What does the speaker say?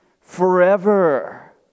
Forever